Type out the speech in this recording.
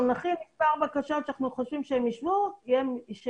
אנחנו נכין מספר בקשות כדי שהם יוכלו להמשיך